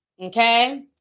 okay